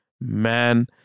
man